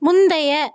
முந்தைய